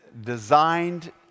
designed